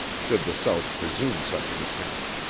should the south presume such an attempt.